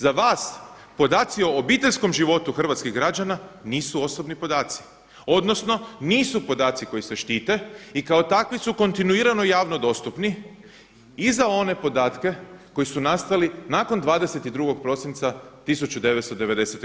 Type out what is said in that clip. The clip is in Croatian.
Za vas podaci o obiteljskom životu hrvatskih građana nisu osobni podaci, odnosno nisu podaci koji se štite i kao takvi su kontinuirano javno dostupni i za one podatke koji su nastali nakon 22. prosinca 1990.